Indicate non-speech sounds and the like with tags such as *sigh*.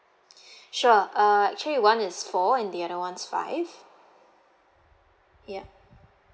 *breath* sure uh actually one is four and the other one's five yup